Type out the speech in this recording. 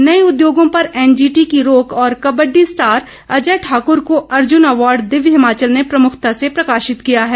नए उद्योगो पर एनजीटी की रोक और कब्बडी स्टार अजय ठाकूर को अर्जुन अवार्ड दिव्य हिमाचल ने प्रमुखता ने प्रकाशित किया है